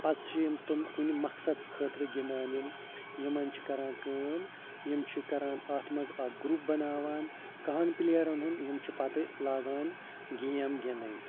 پتہ چھُ یِم تِم کُنہٕ مَقصَدَس خٲطرٕ گِندان یِم یِمَن چھِ کَران کٲم یِم چھِ کَران اَتھ مَنٛز اَکھ گروٚپ بَناوان کَہَن پٕلیرَن ہُنٛد یِم چھِ پَتہِ لاگان گیم گِندُن